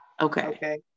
okay